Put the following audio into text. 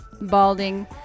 balding